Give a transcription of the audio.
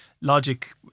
Logic